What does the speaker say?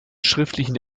schriftlichen